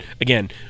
again